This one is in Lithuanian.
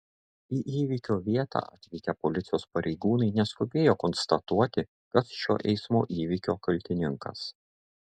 į įvykio vietą atvykę policijos pareigūnai neskubėjo konstatuoti kas šio eismo įvykio kaltininkas